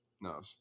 No